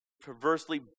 perversely